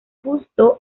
justo